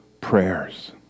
prayers